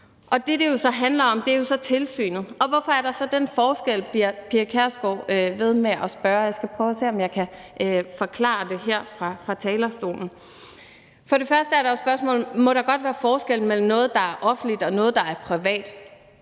det jo så handler om, er tilsynet. Og hvorfor er der så den forskel? bliver fru Pia Kjærsgaard ved med at spørge. Og jeg skal prøve at se, om jeg kan forklare det her fra talerstolen. Først er der spørgsmålet, om der godt må være forskel mellem noget, der er offentligt, og noget, der er privat.